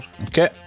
Okay